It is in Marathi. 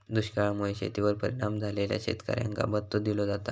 दुष्काळा मुळे शेतीवर परिणाम झालेल्या शेतकऱ्यांका भत्तो दिलो जाता